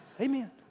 Amen